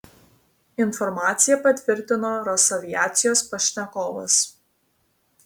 informaciją patvirtino rosaviacijos pašnekovas